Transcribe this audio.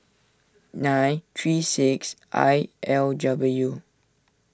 nine three six I L W